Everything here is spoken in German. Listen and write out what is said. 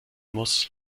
muss